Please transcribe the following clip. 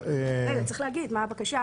צריך להגיד מהי הבקשה,